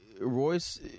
Royce